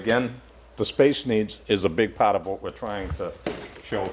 again the space needs is a big part of what we're trying to show